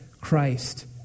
Christ